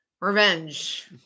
revenge